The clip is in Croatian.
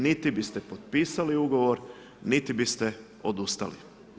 Niti biste potpisali ugovor, niti biste odustali.